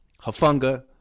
Hafunga